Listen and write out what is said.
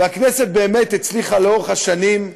והכנסת באמת הצליחה לאורך השנים,